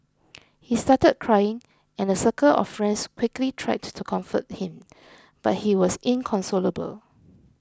he started crying and a circle of friends quickly tried to comfort him but he was inconsolable